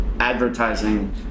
advertising